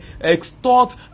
extort